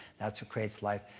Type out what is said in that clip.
that's what creates life.